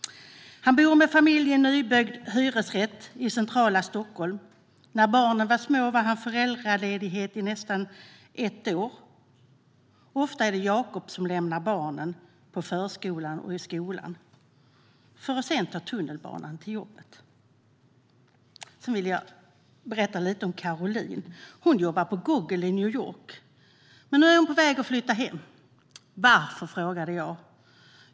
Han bor med familjen i en nybyggd hyresrätt i centrala Stockholm. När barnen var små var han föräldraledig i nästan ett år. Ofta är det Jakob som lämnar barnen till förskolan och skolan för att sedan ta tunnelbanan till jobbet. Sedan vill jag berätta lite om Caroline. Hon jobbar på Google i New York. Men nu är hon på väg att flytta hem. Varför? Frågade jag.